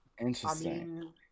interesting